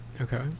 Okay